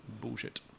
bullshit